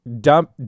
dump